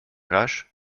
rasch